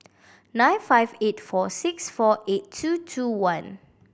nine five eight four six four eight two two one